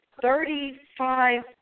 Thirty-five